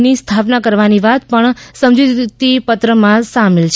એની સ્થાપના કરવાની વાત પણ સમ્મજૂતી પત્રમાં સામેલ છી